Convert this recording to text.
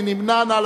מי נמנע?